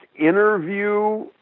interview